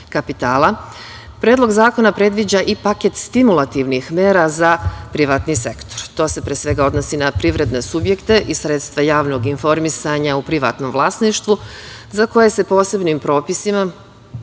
kapitala, Predlog zakona predviđa i paket stimulativnih mera za privatni sektor. Pre svega, to se odnosi i na privredne subjekte i sredstva javnog informisanja u privatnom vlasništvu za koje se posebnim propisima